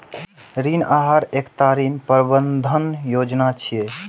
ऋण आहार एकटा ऋण प्रबंधन योजना छियै